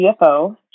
CFO